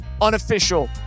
unofficial